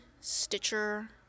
Stitcher